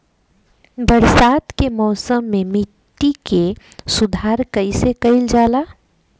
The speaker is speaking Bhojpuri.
बरसात के मौसम में मिट्टी के सुधार कईसे कईल जाई?